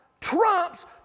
trumps